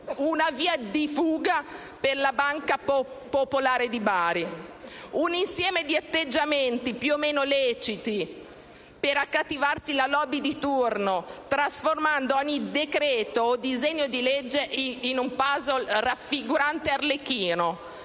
una via di fuga per la Banca popolare di Bari? Un insieme di atteggiamenti, più o meno leciti, per accattivarsi la *lobby* di turno, trasformando ogni decreto-legge o disegno di legge in un *puzzle* raffigurante Arlecchino,